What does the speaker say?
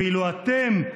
ואילו אתם,